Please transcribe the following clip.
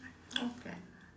okay